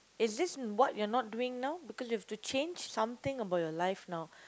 is this what you are not doing now because you have to change something about your life now